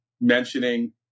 mentioning